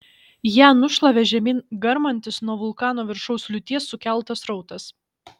ją nušlavė žemyn garmantis nuo vulkano viršaus liūties sukeltas srautas